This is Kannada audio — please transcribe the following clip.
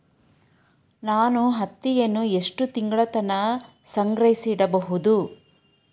ನಾನು ಹತ್ತಿಯನ್ನ ಎಷ್ಟು ತಿಂಗಳತನ ಸಂಗ್ರಹಿಸಿಡಬಹುದು?